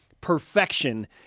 Perfection